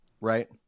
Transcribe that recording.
Right